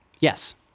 yes